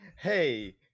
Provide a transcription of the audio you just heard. Hey